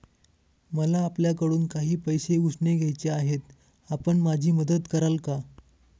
मला आपल्याकडून काही पैसे उसने घ्यायचे आहेत, आपण माझी मदत कराल का?